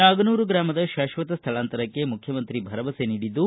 ನಾಗನೂರ ಗ್ರಾಮದ ಶಾಶ್ವತ ಸ್ಥಳಾಂತರಕ್ಕೆ ಮುಖ್ಯಮಂತ್ರಿ ಭರವಸೆ ನೀಡಿದ್ದು